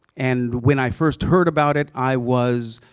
and when i first heard about it, i was